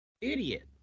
Idiot